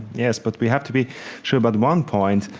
yes, but we have to be sure about one point.